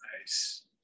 nice